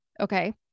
okay